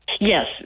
Yes